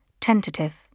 Tentative